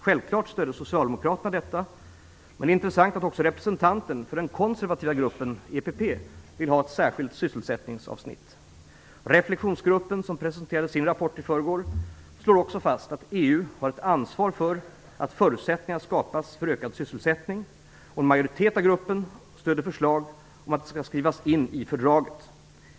Självklart stödde Socialdemokraterna detta, men det är intressant att också representanten för den konservativa gruppen, EPP, vill ha ett särskilt sysselsättningsavsnitt. Relexionsgruppen, som alltså presenterade sin rapport i förrgår, slår också fast att EU har ett ansvar för att förutsättningar skapas för ökad sysselsättning, och en majoritet av gruppen stöder förslag om att det skall skrivas in i fördraget.